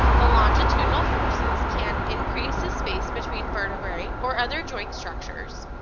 the longitudinal forces can increase the space between vertebrae or other joint structures,